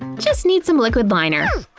just need some liquid liner.